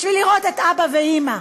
בשביל לראות את אבא ואימא.